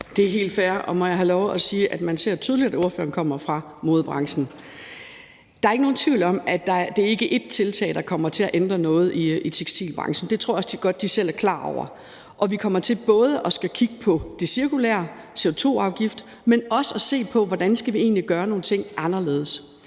Det er helt fair – og må jeg have lov at sige, at man tydeligt ser, at ordføreren kommer fra modebranchen. Der er ikke nogen tvivl om, at det ikke bare er ét tiltag, der kommer til at ændre noget i tekstilbranchen, og det tror jeg også at de godt selv er klar over. Og vi kommer til både at skulle kigge på det cirkulære, på CO2-afgiften, men også på, hvordan vi egentlig skal gøre nogle ting anderledes.